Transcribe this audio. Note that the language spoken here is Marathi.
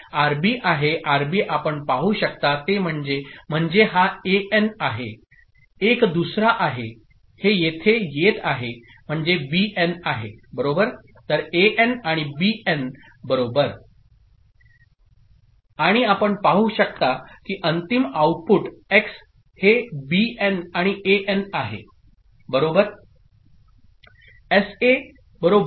आरबी आहे आरबी आपण पाहू शकता ते म्हणजे म्हणजे हा एएन आहे एक दुसरा आहे हे येथे येत आहे म्हणजे बीएन आहे बरोबर तर एन आणि बीएन बरोबर